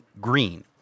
green